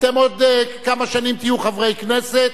אתם עוד כמה שנים תהיו חברי כנסת,